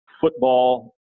football